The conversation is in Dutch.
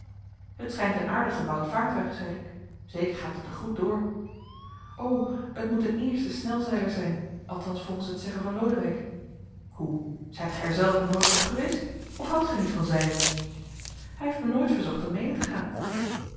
het schijnt een aardig gebouwd vaartuig zeide ik zeker gaat het er goed door o het moet een eerste snelzeiler zijn althans volgens het zeggen van lodewijk hoe zijt gij er zelve nooit op geweest of houdt gij niet van zeilen hij heeft mij nooit verzocht om mede te gaan